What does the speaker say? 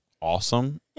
awesome